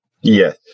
yes